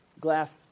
Glass